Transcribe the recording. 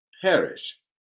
perish